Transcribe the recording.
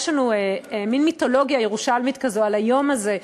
יש לנו מין מיתולוגיה ירושלמית כזו על היום הזה,